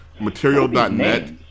Material.net